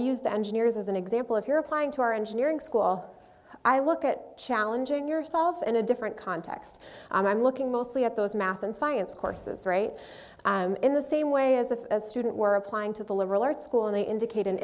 use the engineers as an example if you're applying to our engineering school i look at challenging yourself in a different context i'm looking mostly at those math and science courses right in the same way as if a student were applying to the liberal arts school and they indicate an